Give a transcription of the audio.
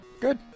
Good